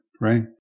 right